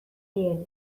dien